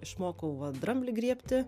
išmokau va dramblį griebti